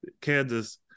Kansas